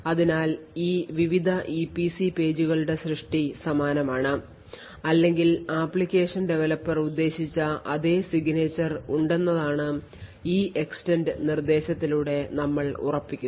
അതിനാൽ ഈ വിവിധ ഇപിസി പേജുകളുടെ സൃഷ്ടി സമാനമാണ് അല്ലെങ്കിൽ ആപ്ലിക്കേഷൻ ഡെവലപ്പർ ഉദ്ദേശിച്ച അതേ signature ഉണ്ടെന്നതാണ് EEXTEND നിർദ്ദേശത്തിലൂടെ നമ്മൾ ഉറപ്പിക്കുന്നത്